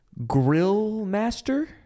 grillmaster